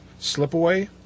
Slipaway